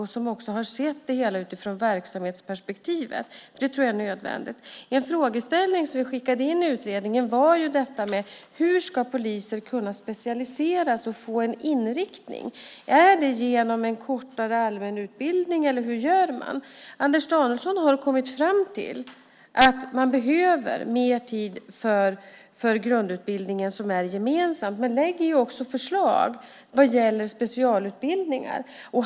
Han har också sett det hela utifrån verksamhetsperspektivet, vilket jag tror är nödvändigt. En frågeställning som vi skickade in i utredningen var hur poliser ska kunna specialiseras och få en inriktning. Är det genom en kortare allmänutbildning, eller hur gör man? Anders Danielsson har kommit fram till att man behöver mer tid för grundutbildningen som är gemensam men lägger också fram förslag vad gäller specialutbildningar.